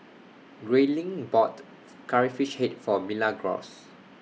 Grayling bought Curry Fish Head For Milagros